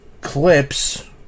clips